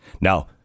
Now